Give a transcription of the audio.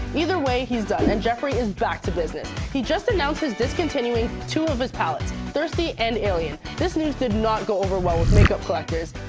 either way he's done and jeffree is back to business. he just announced he's discontinuing two of his palates thirsty and alien. this news did not go over well with makeup collectors.